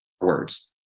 words